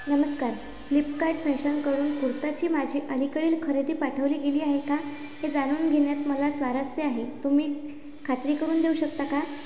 नमस्कार फ्लिपकार्ट फॅशनकडून कुर्ताची माझी अलीकडील खरेदी पाठवली गेली आहे का ते जाणून घेण्यात मला स्वारस्य आहे तुम्ही खात्री करून देऊ शकता का